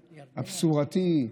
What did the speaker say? הבשורתי,